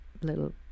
little